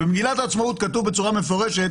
ובמגילת העצמאות כתוב בצורה מפורשת